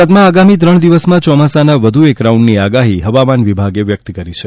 ગુજરાતમાં આગામી ત્રણ દિવસમાં ચોમાસાના વધુ એક રાઉન્ડની આગાહી હવામાન વિભાગે વ્યક્ત કરી છે